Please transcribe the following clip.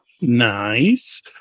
Nice